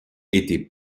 étaient